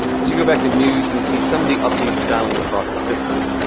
once you go back to news, you can see some of the update styling across the system.